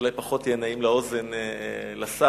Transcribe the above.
שאולי יהיה פחות נעים לאוזן לשר,